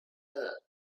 innit